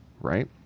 right